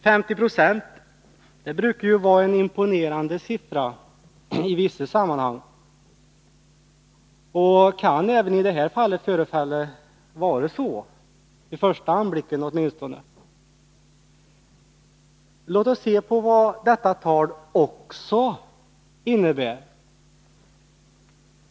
50 26 brukar ju vara en imponerande siffra i vissa sammanhang och kan även i det här fallet förefalla vara så åtminstone vid första anblicken. Låt oss se på vad detta tal innebär.